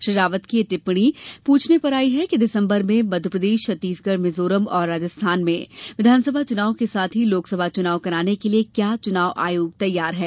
श्री रावत की यह टिप्पाणी यह प्रछने पर आई कि दिसम्बर में मध्य प्रदेश छत्तीसगढ़ मिज़ोरम और राजस्थान में विघानसभा चुनाव के साथ ही लोकसभा चुनाव कराने के लिए क्या चुनाव आयोग तैयार है